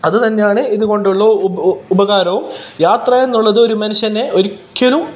അത് തന്നെയാണ് ഇതുകൊണ്ടുള്ള ഉപ ഉപകാരവും യാത്ര എന്നുള്ളത് ഒരു മനുഷ്യനെ ഒരിക്കലും